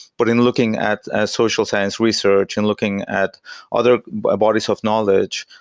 but in looking at a social science research and looking at other bodies of knowledge.